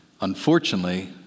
Unfortunately